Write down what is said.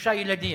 שלושה ילדים.